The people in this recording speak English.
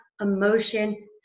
emotion